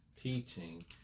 teaching